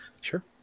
Sure